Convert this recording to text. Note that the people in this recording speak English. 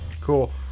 Cool